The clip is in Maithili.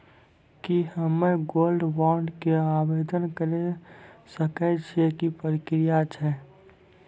की हम्मय गोल्ड बॉन्ड के आवदेन करे सकय छियै, की प्रक्रिया छै?